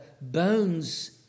bones